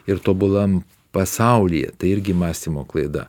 ir tobulam pasaulyje tai irgi mąstymo klaida